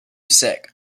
sick